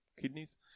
kidneys